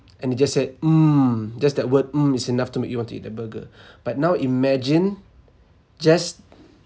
and they just said mm just that word mm is enough to make you want to eat that burger but now imagine just